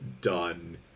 done